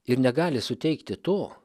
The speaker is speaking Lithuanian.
ir negali suteikti to